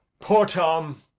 poor tom,